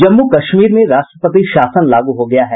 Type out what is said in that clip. जम्मू कश्मीर में राष्ट्रपति शासन लागू हो गया है